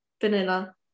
Vanilla